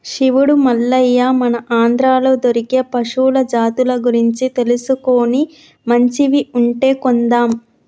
శివుడు మల్లయ్య మన ఆంధ్రాలో దొరికే పశువుల జాతుల గురించి తెలుసుకొని మంచివి ఉంటే కొందాం